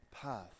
path